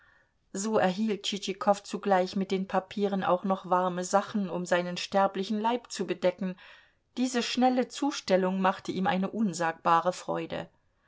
so erhielt tschitschikow zugleich mit den papieren auch noch warme sachen um seinen sterblichen leib zu bedecken diese schnelle zustellung machte ihm unsagbare freude